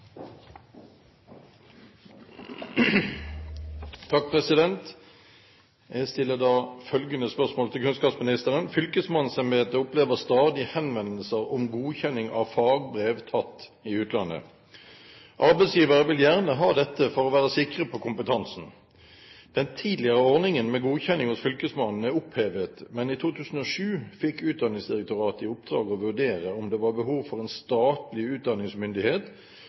fagbrev tatt i utlandet. Arbeidsgivere vil gjerne ha dette for å være sikre på kompetansen. Den tidligere ordningen med godkjenning hos fylkesmannen er opphevet, men i 2007 fikk Utdanningsdirektoratet i oppdrag å vurdere om det var behov for en statlig utdanningsmyndighet